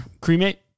Cremate